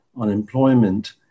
unemployment